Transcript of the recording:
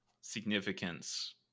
significance